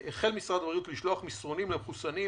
"החל משרד הבריאות לשלוח מסרונים למחוסנים,